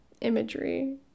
imagery